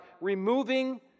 removing